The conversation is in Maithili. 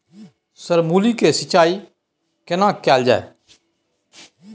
सर मूली के सिंचाई केना कैल जाए?